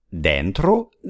Dentro